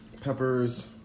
peppers